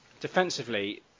defensively